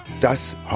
Das